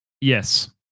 Yes